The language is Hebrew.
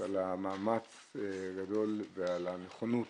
על המאמץ הגדול ועל הנכונות